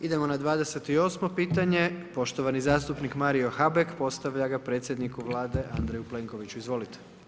Idemo na 28. pitanje, poštovani zastupnik Mario Habek postavlja ga predsjedniku Vlade Andreju Plenkoviću, izvolite.